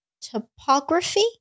topography